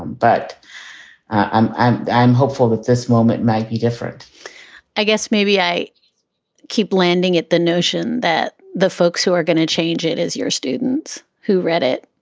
but i'm i'm i'm hopeful that this moment might be different i guess maybe i keep landing at the notion that the folks who are going to change it is your students who read it,